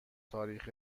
تاریخ